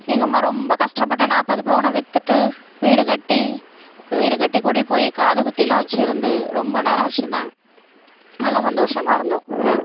எங்கள் அம்மா ரொம்ப கஷ்டப்பட்டு நாற்பது பவுனை வித்துவிட்டு வீடு கட்டி வீடு கட்டி குடி போய் காது குத்துலாம் வெச்சுருந்து ரொம்ப நேரம் வெச்சுருந்தாங்க நல்லா சந்தோஷமாக இருந்தோம்